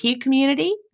community